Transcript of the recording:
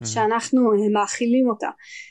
שאנחנו מאכילים אותה